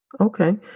Okay